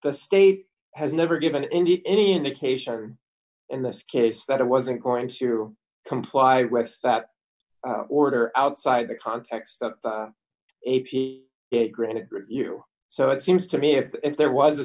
the state has never given any any indication in this case that it wasn't going to comply with that order outside the context of the a p it granted you so it seems to me if there was a